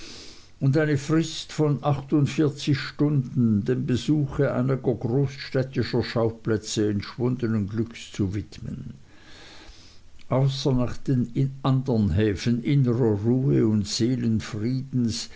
und eine frist von achtundvierzig stunden den besuche einiger großstädtischer schauplätze entschwundenen glücks zu widmen außer nach andern häfen innerer ruhe und seelenfriedens